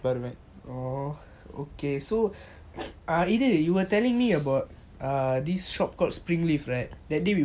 orh okay so இது:ithu you were telling me about uh this shop called springleaf right that day we went remember